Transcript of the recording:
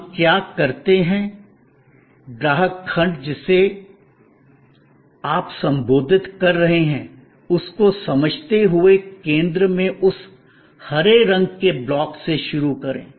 हम क्या करते हैं ग्राहक खंड जिसे आप संबोधित कर रहे हैं उसको समझते हुए केंद्र में उस हरे रंग के ब्लॉक से शुरू करें